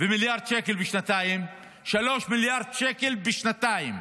ומיליארד שקל בשנתיים, 3 מיליארד שקל בשנתיים.